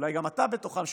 אולי גם אתה בתוכם.